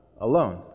alone